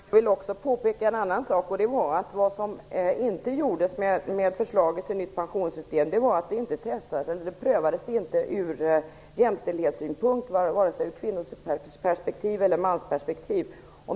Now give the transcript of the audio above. Herr talman! Jag vill också påpeka en annan sak. Det är att förslaget till nytt pensionssystem inte prövades ur jämställdhetssynpunkt, vare sig ur kvinnoperspektiv eller ur mansperspektiv.